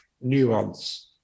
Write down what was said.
Nuance